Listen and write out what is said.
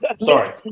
sorry